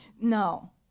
No